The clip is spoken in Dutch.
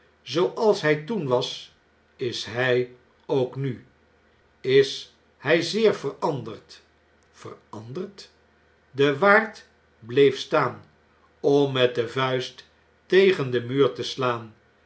zooals hij toen was is hij ook nu is hn zeer veranderd veranderd de waard bleef staan om met de vuist tegen den muur te slaan